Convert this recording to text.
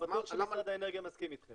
אז למה --- אז בטוח שמשרד האנרגיה מסכים איתכם,